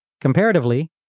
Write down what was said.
Comparatively